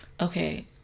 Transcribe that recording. Okay